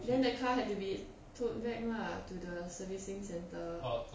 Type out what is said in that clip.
then the car has been towed back lah to the servicing centre